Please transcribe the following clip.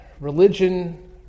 religion